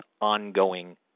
ongoing